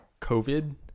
COVID